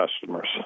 customers